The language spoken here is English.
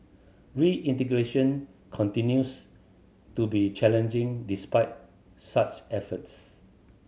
reintegration continues to be challenging despite such efforts